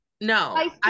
No